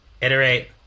iterate